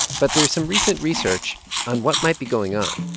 but there is some recent research on what might be going on.